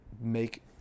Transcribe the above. make